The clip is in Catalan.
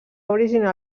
originar